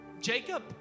Jacob